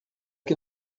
que